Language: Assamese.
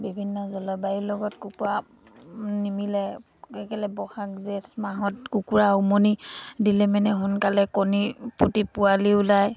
বিভিন্ন জলবায়ুৰ লগত কুকুৰা নিমিলে এক বহাগ জেঠ মাহত কুকুৰা উমনি দিলে মানে সোনকালে কণী ফুটি পোৱালি ওলায়